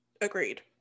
Agreed